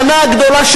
רבה.